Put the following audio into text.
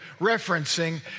referencing